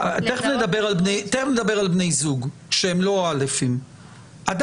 תכף נדבר על בני זוג שהם לא באשרה א'.